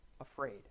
afraid